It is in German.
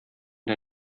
der